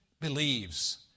believes